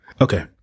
Okay